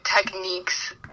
techniques